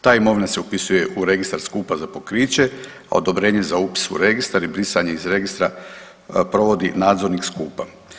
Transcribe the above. Ta imovina se upisuje u registar skupa za pokriće, a odobrenje za upis u registar i brisanje iz registra provodi nadzornik skupa.